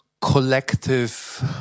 collective